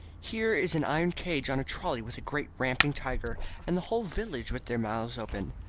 here is an iron cage on a trolly with a great ramping tiger, and the whole village with their mouths open.